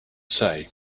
say